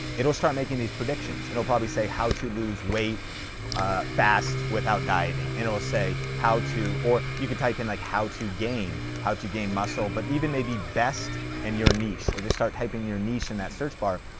it'll start making these predictions. and it'll probably say how to lose weight fast, without dieting. and it'll say how to, or you can type in like how to gain, how to gain muscle, but even maybe best and your niche, or just start typing in your niche in that search bar.